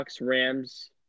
Rams